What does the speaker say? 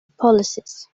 policies